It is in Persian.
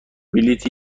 بلیط